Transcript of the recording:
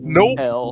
Nope